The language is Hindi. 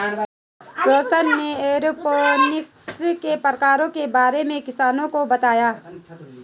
रौशन ने एरोपोनिक्स के प्रकारों के बारे में किसानों को बताया